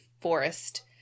Forest